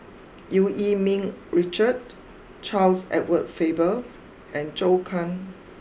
Eu Yee Ming Richard Charles Edward Faber and Zhou can